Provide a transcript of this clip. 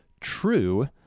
true